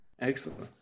Excellent